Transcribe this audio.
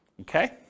Okay